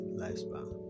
lifespan